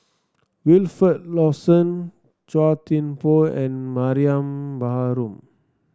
Wilfed Lawson Chua Thian Poh and Mariam Baharom